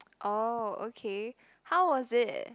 oh okay how was it